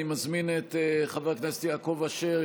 אני מזמין את חבר הכנסת יעקב אשר,